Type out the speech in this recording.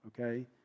okay